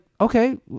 okay